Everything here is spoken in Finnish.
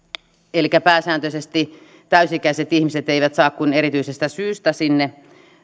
elikkä pääsääntöisesti täysi ikäiset ihmiset eivät saa kuin erityisestä syystä sinne